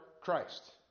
Christ